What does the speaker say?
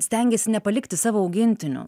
stengiasi nepalikti savo augintinių